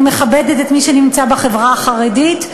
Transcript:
אני מכבדת את מי שנמצא בחברה החרדית.